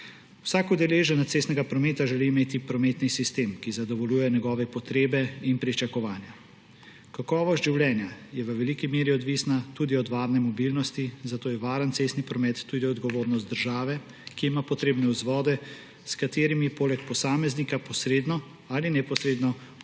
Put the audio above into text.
Vsak udeleženec cestnega prometa želi imeti prometni sistem, ki zadovoljuje njegove potrebe in pričakovanja. Kakovost življenja je v veliki meri odvisna tudi od varne mobilnosti, zato je varen cestni promet tudi odgovornost države, ki ima potrebne vzvode, s katerimi poleg posameznika posredno ali neposredno vpliva